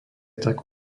tak